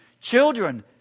Children